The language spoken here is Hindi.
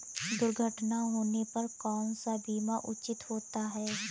दुर्घटना होने पर कौन सा बीमा उचित होता है?